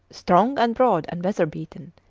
strong and broad and weather-beaten,